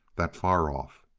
that far off.